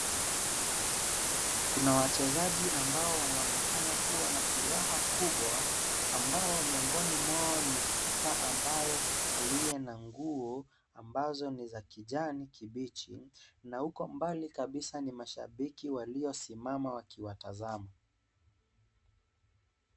Kuna wachezaji ambao wanaonekana kuwa na furaha kubwa ambao miongoni mwao ni kipa mbaye aliye na nguo ambazo ni za kijani kibichi. Na huko mbali kabisa ni mashabiki waliosimama wakiwatazama.